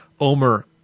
Omer